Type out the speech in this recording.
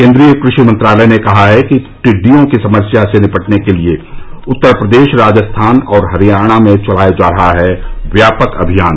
केन्द्रीय कृषि मंत्रालय ने कहा है कि टिड्डियों की समस्या से निपटने के लिए उत्तर प्रदेश राजस्थान और हरियाणा में चलाया जा रहा है व्यापक अभियान